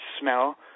smell